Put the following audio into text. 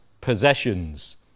possessions